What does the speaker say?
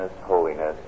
holiness